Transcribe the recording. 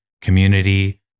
community